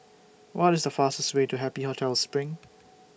What IS The fastest Way to Happy Hotel SPRING